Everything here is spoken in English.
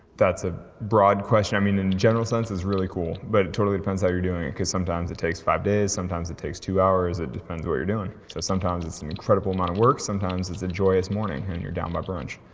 that's a broad question, i mean in a general sense it's really cool. but, it totally depends how you're doing it, because sometimes it takes five days sometimes it takes two hours, it just depends on what you're doing. so sometimes it's an incredible amount of work, sometimes it's a joyous morning and you're down by brunch.